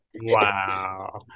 wow